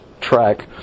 track